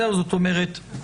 זאת אומרת,